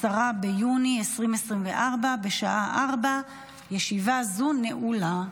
10 ביוני 2024, בשעה 16:00. ישיבה זו נעולה.